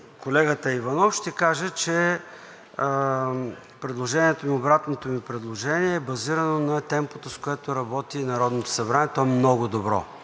колегата Иванов, ще кажа, че обратното ми предложение е базирано на темпото, с което работи Народното събрание, а то е много добро